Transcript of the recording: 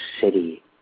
City